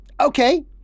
Okay